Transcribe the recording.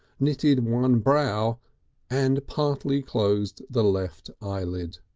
knitted one brow and partially closed the left eyelid.